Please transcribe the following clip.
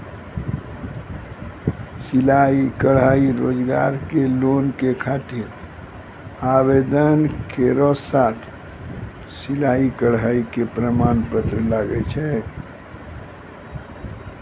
सिलाई कढ़ाई रोजगार के लोन के खातिर आवेदन केरो साथ सिलाई कढ़ाई के प्रमाण पत्र लागै छै?